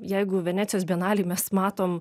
jeigu venecijos bienalėj mes matom